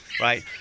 right